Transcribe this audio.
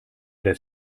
das